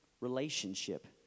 relationship